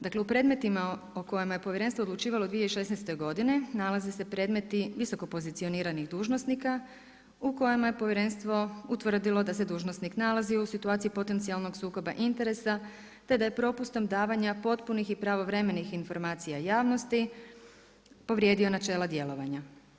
Dakle, u predmetima o kojima je Povjerenstvo odlučivalo u 2016. godini nalaze se predmeti visoko pozicioniranih dužnosnika u kojima je Povjerenstvo utvrdilo da se dužnosnik nalazi u situaciji potencijalnog sukoba interesa te da je propustom davanja potpunih i pravovremenih informacija javnosti povrijedio načela djelovanja.